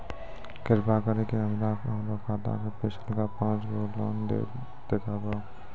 कृपा करि के हमरा हमरो खाता के पिछलका पांच गो लेन देन देखाबो